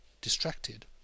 distracted